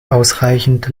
ausreichend